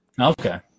Okay